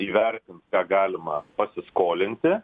įvertint ką galima pasiskolinti